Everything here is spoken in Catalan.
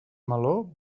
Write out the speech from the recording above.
meló